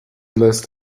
list